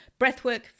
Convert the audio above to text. Breathwork